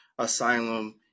Asylum